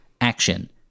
action